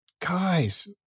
guys